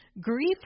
grief